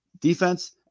defense